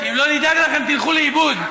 שאם לא נדאג לכם, תלכו לאיבוד.